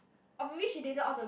or maybe she didn't all the